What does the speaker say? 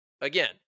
Again